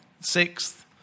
Sixth